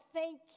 Thank